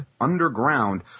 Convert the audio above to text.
underground